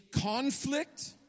conflict